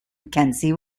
mackenzie